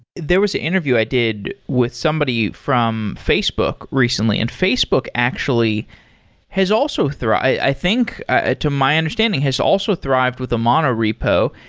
there was an interview i did with somebody from facebook recently, and facebook actually has also i think, ah to my understanding, has also thrived with a mono repo.